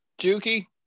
Juki